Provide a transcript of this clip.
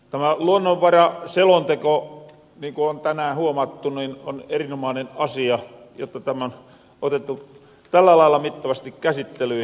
tämä luonnonvaraselonteko niinku on tänään huomattu on erinomaanen asia jotta tämä on otettu tällä lailla mittavasti käsittelyyn